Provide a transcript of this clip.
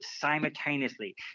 simultaneously